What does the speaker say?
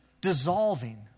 dissolving